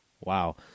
Wow